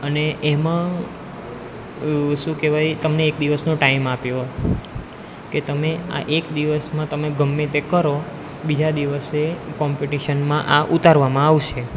અને એમાં શું કહેવાય તમને એક દિવસનો ટાઈમ આપ્યો કે તમે આ એક દિવસમાં તમે ગમે તે કરો બીજા દિવસે કોમ્પિટિશનમાં આ ઉતારવામાં આવશે